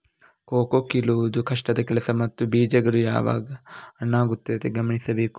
cocoa ಕೀಳುವುದು ಕಷ್ಟದ ಕೆಲಸ ಮತ್ತು ಬೀಜಗಳು ಯಾವಾಗ ಹಣ್ಣಾಗುತ್ತವೆ ಗಮನಿಸಬೇಕು